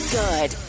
good